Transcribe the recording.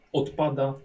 odpada